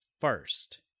first